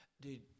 Dude